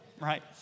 right